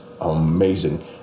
amazing